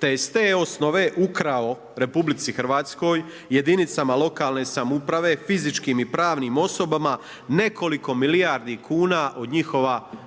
te je iz te osnove ukrao RH, jedinicama lokalne samouprave, fizičkim i pravnim osobama nekoliko milijardi kuna od njihova dolaska,